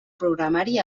programari